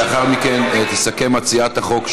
לאחר מכן תסכם מציעת החוק,